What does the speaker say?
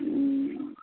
हूँ